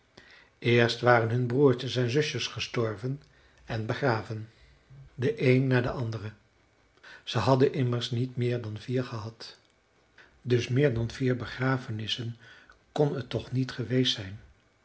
eerst waren hun broertjes en zusjes gestorven en begraven de een na de andere ze hadden immers niet meer dan vier gehad dus meer dan vier begrafenissen kon t toch niet geweest zijn